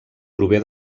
prové